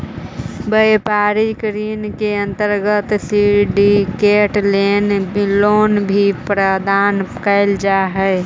व्यापारिक ऋण के अंतर्गत सिंडिकेट लोन भी प्रदान कैल जा हई